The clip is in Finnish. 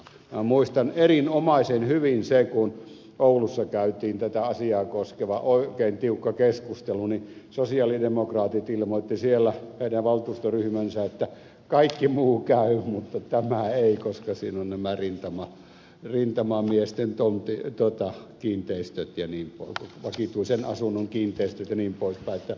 minä muistan erinomaisen hyvin sen kun oulussa käytiin tätä asiaa koskeva oikein tiukka keskustelu niin sosialidemokraattien valtuustoryhmä ilmoitti että kaikki muu käy mutta tämä ei koska siinä ovat nämä rintamamiesten kiinteistöt ja vakituisen asunnon kiinteistöt jnp